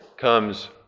comes